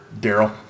Daryl